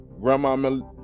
Grandma